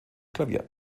klavier